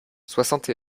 soixante